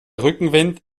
rückenwind